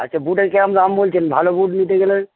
আচ্ছা বুটের কিরম দাম বলছেন ভালো বুট নিতে গেলে